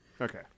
Okay